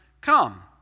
come